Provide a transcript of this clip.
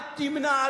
אל תמנע,